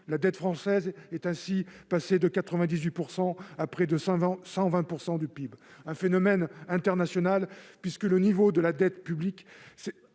La dette française est ainsi passée de 98 % à près de 120 % du PIB. C'est un phénomène international, puisque le niveau de la dette publique